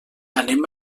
anem